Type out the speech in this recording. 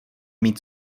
mít